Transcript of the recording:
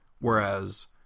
whereas